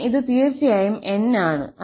പിന്നെ ഇത് തീർച്ചയായും N ആണ്